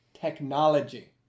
technology